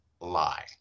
lie